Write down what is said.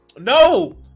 no